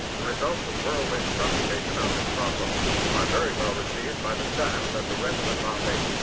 the results of whirlwind computation on this problem are very well received by the staff at the retina foundation.